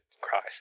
cries